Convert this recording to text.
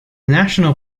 national